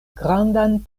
grandan